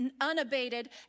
unabated